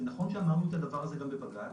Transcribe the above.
נכון שאמרנו את הדבר הזה גם בבג"ץ,